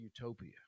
utopia